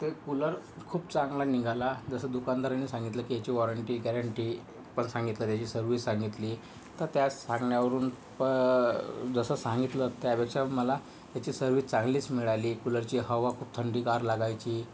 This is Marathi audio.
ते कूलर खूप चांगला निघाला जसं दुकानदारानी सांगितलं की याची वॉरंटी गॅरंटी पण सांगितलं त्याची सर्विस सांगितली तर त्या सांगण्यावरुन जसं सांगितलं त्यापेक्षा मला त्याची सर्विस चांगलीच मिळाली कूलरची हवा खूप थंडगार लागायची